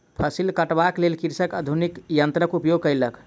फसिल कटबाक लेल कृषक आधुनिक यन्त्रक उपयोग केलक